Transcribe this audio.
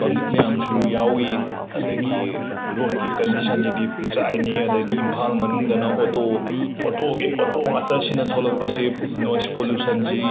public ꯃꯌꯥꯝꯁꯨ ꯌꯥꯎꯋꯤ ꯑꯗꯒꯤ ꯔꯣꯠꯀꯤ ꯀꯟꯗꯤꯁꯟꯖꯤꯗꯤ ꯄꯨꯡꯆꯥꯏꯅꯤ ꯑꯗꯗꯤ ꯏꯝꯐꯥꯜ ꯃꯅꯨꯡꯗꯅ ꯑꯣꯇꯣ ꯑꯣꯇꯣꯒꯤ ꯑꯣꯇꯣ ꯉꯥꯛꯇ ꯁꯤꯅ ꯊꯣꯂꯛꯄꯁꯦ ꯅꯣꯏꯁ ꯄꯣꯂꯨꯁꯟꯖꯤ